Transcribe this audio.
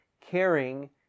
caring